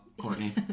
Courtney